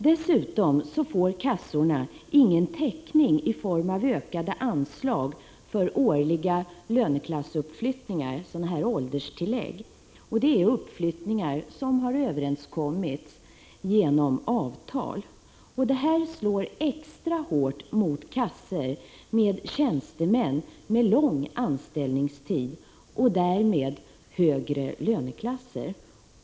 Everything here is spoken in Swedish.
Dessutom får kassorna ingen täckning i form av ökade anslag för årliga löneklassuppflyttningar, s.k. ålderstillägg. Det är uppflyttningar som har överenskommits genom avtal. Detta slår extra hårt mot kassor med tjänstemän med lång anställningstid och därmed högre löneklasser.